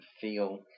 feel